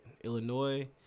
Illinois